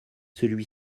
celui